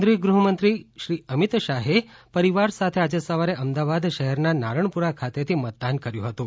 કેન્દ્રીય ગૃહમંત્રી શ્રી અમિત શાહે પરીવાર સાથે આજે સવારે અમદાવાદ શહેરના નારણપુરા ખાતેથી મતદાન કર્યુ હતું